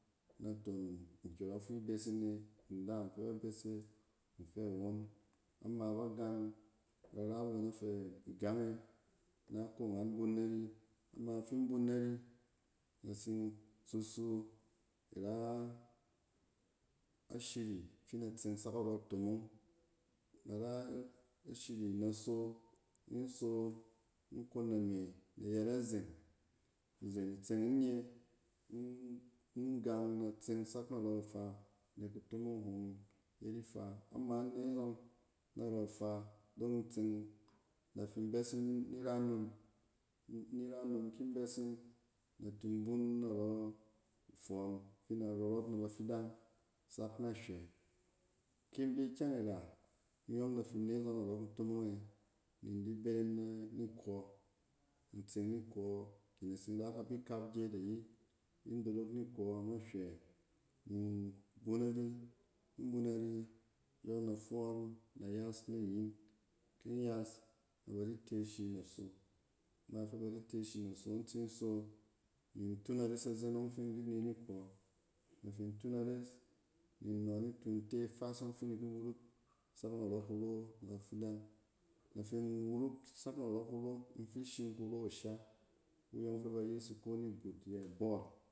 Naton nkyↄrↄk fi bes yin e, ndaam fɛ ba bes e in fɛ won. Na ma ba gang, nɛ bar a won afɛ igang e na ko angan bun nari. Ama fi in bun nari, in da tsin susa ira ashiri fi in da tseng sak arↄ ntomong. Na ra ashiri, in da so, ki inso inkon nama, in da yɛrɛ izen, izen itseng in nye-inom gang in da tseng sak narↄ ifa nek kutomong hom yet ifa. Ama in ne zↄng narↄ ifa, dↄng in tseng in da fin bɛs in ni ra nom, ni ra nom ki in bɛs in in da tin bun narↄ ifↄↄn fin da rↄrↄt na bafidang sak nahywɛ. Ki in bɛ ikyɛng ira, in gↄng in da fin ne zↄng narↄ kutomong e ni indi berem na-ni kↄ in da tseng nikↄ kɛ in da tsin ra kabi kap gyet ayirki in dorok nikↄ na hywɛ nin bun ari, ki in bun ari in da fↄↄn, in da yas nanyin, ki inyas, na ba di te ashi naso, ma fɛ ba di te shi naso in tsin so, ni in tuna res azen ↄng fi in di ne nikↄ ni in tun aes, ni an nↄ nitu in tes fas ↄng fi in di ki wuruk sak narↄ kuro na bafidang. In da fin wuruk sak narↄ kuro, in fishim kuro asha, kuyↄng fɛ ba yes iko ni but yɛ ball.